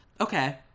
okay